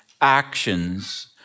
actions